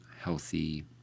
healthy